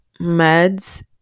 meds